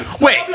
Wait